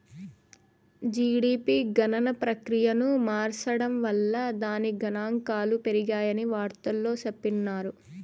GDP గణన ప్రక్రియను మార్సడం వల్ల దాని గనాంకాలు పెరిగాయని వార్తల్లో చెప్పిన్నారు